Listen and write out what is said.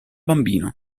bambino